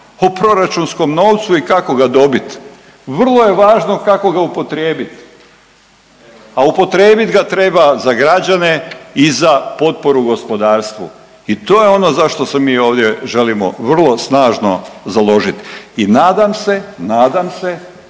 o proračunskom novcu i kako ga dobiti. Vrlo je važno kako ga upotrijebiti, a upotrijebit ga treba za građane i za potporu gospodarstvu i to je ono za što se mi ovdje želimo vrlo snažno založiti. I nadam se, nadam se